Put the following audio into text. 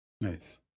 Nice